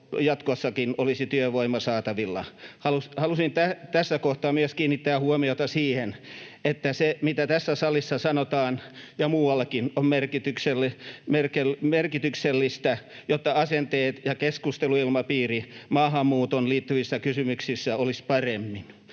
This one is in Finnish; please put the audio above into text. jatkossakin olisi työvoimaa saatavilla. Haluaisin tässä kohtaa kiinnittää huomiota myös siihen, että se, mitä tässä salissa sanotaan, ja muuallakin, on merkityksellistä, jotta asenteet ja keskusteluilmapiiri maahanmuuttoon liittyvissä kysymyksissä olisivat parempia.